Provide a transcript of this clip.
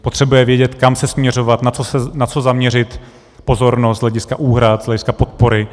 Potřebuje vědět, kam se směřovat, na co zaměřit pozornost z hlediska úhrad, z hlediska podpory.